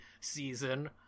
season